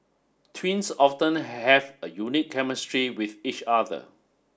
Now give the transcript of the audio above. twins often have a unique chemistry with each other